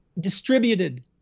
distributed